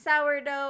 sourdough